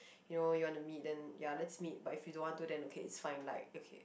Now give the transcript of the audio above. you know you want to meet then ya let's meet but if you don't want to then okay it's fine like okay